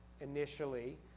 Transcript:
initially